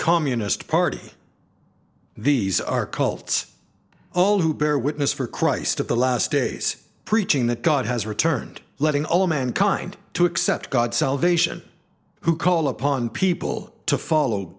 communist party these are cults all who bear witness for christ of the last days preaching that god has returned letting all mankind to accept god's salvation who call upon people to follow